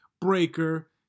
Breaker